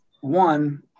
one